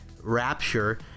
Rapture